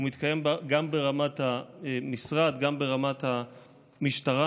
הוא מתקיים גם ברמת המשרד וגם ברמת המשטרה.